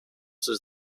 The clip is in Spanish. sus